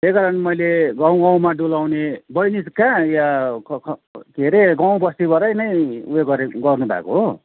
त्यही कारण मैले गाउँ गाउँमा डुलाउने बैनी चाहिँ कहाँ यहाँ के अरे गाउँबस्तीबाटै नै यो गरेको गर्नुभएको हो